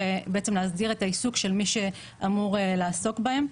להסדיר את העיסוק של מי שאמור לעסוק בהם.